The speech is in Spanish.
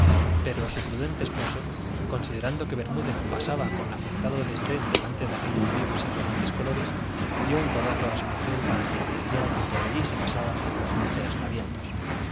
pero su prudente esposo considerando que bermúdez pasaba con afectado desdén delante de aquellos vivos y flamantes colores dio un codazo a su mujer para que entendiera que por allí se pasaba sin hacer aspavientos